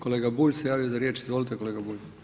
Kolega Bulj se javio za riječ, izvolite kolega Bulj.